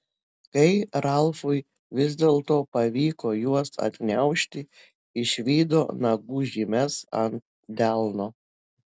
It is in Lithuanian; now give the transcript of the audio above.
kai ralfui vis dėlto pavyko juos atgniaužti išvydo nagų žymes ant delno